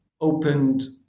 opened